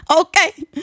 okay